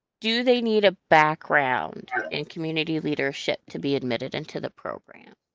do they need a background in community leadership to be admitted into the program?